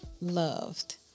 loved